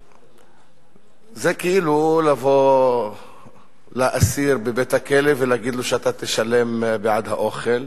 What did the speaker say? זה כאילו לבוא לאסיר בבית-הכלא ולהגיד לו: אתה תשלם בעד האוכל,